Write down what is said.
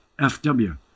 FW